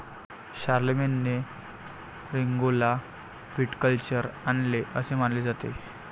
शारलेमेनने रिंगौला व्हिटिकल्चर आणले असे मानले जाते